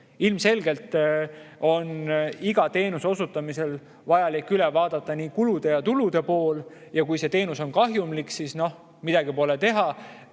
Ilmselgelt on iga teenuse osutamisel vaja üle vaadata nii kulude kui ka tulude pool, ja kui teenus on kahjumlik, siis pole midagi teha.